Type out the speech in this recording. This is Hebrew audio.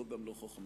זו גם לא חוכמה.